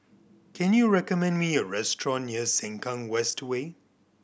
can you recommend me a restaurant near Sengkang West Way